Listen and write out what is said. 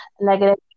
negative